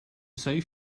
save